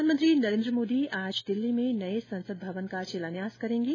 प्रधानमंत्री नरेन्द्र मोदी आज दिल्ली में नए संसद भवन का शिलान्यास करेंगे